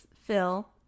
Phil